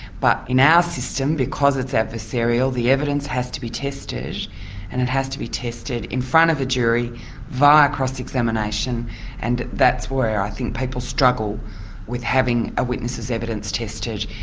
but in our system, because it's adversarial, the evidence has to be tested and it has to be tested in front of the jury via cross-examination and that's where i think people struggle with having a witness's evidence tested,